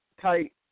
tight